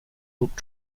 look